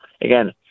Again